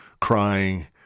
crying